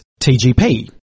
TGP